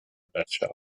bachelor